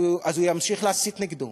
הוא ימשיך להסית נגדו.